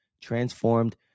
transformed